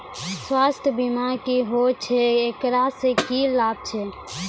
स्वास्थ्य बीमा की होय छै, एकरा से की लाभ छै?